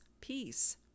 peace